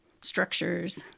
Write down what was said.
structures